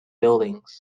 buildings